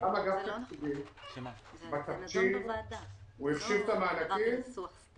גם אגף תקציבים החשיב את המענקים בתחשיב